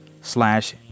slash